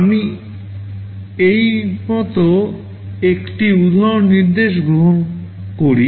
আমি এই মত একটি উদাহরণ নির্দেশ গ্রহণ করি